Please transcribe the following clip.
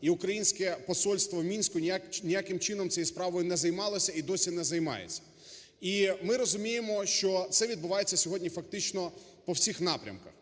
і українське посольство в Мінську ніяким чином цією справою не займалося і досі не займається. І ми розуміємо, що це відбувається сьогодні фактично по всіх напрямках.